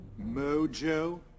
Mojo